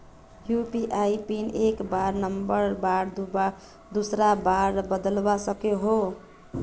UPI PIN एक बार बनवार बाद दूसरा बार बदलवा सकोहो ही?